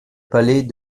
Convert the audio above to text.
palais